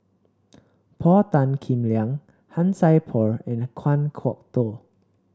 Paul Tan Kim Liang Han Sai Por and Kan Kwok Toh